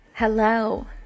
Hello